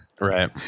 Right